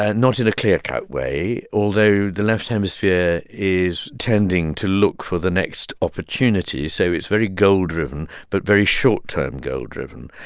ah not in a clear-cut way, although the left hemisphere is tending to look for the next opportunity. so it's very goal-driven but very short-term goal driven.